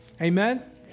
Amen